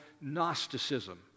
Gnosticism